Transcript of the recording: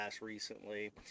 recently